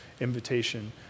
invitation